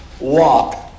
walk